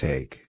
Take